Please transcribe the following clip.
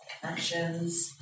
connections